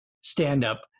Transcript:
stand-up